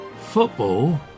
Football